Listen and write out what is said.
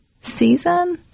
season